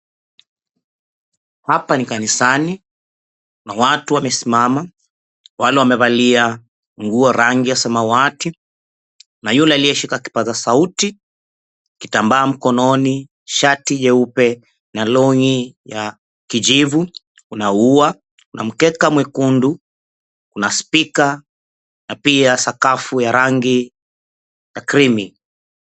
Hapa ni kanisani, kuna watu wamesimama wale wamevalia nguo rangi ya samawati, na yule aliyeshikilia kipaza sauti kitambaa mkononi shati nyeupe na long'i kijivu. Kuna ua, kuna mkeka mwekundu Kuna spika na pia sakafu ya rangi ya krimi.